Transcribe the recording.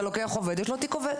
אתה לוקח עובד יש לו תיק עובד.